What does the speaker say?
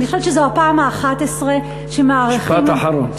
אני חושבת שזו הפעם ה-11 שמאריכים, משפט אחרון.